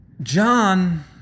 John